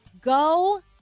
go